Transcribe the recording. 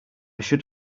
should